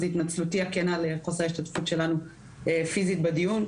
אז התנצלותי הכנה לחוסר ההשתתפות שלנו פיזית בדיון.